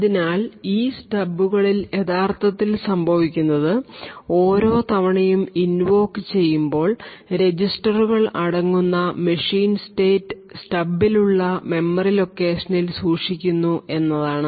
അതിനാൽ ഈ സ്റ്റബുകളിൽ യഥാർത്ഥത്തിൽ സംഭവിക്കുന്നത് ഓരോ തവണയും ഇൻവോക് ചെയ്യുമ്പോൾ രജിസ്റ്ററുകൾ അടങ്ങുന്ന മെഷീൻ സ്റ്റേറ്റ് സ്റ്റബിലുള്ള മെമ്മറി ലൊക്കേഷനിൽ സൂക്ഷിക്കുന്നു എന്നതാണ്